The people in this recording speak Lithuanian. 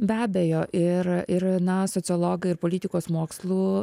be abejo ir ir na sociologai ir politikos mokslų